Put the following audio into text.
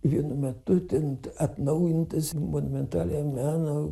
vienu metu ten atnaujintas monumentaliojo meno